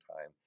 time